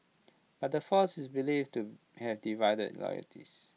but the force is believed to have divided loyalties